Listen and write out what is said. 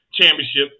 championship